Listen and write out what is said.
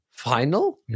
Final